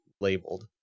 labeled